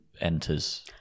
enters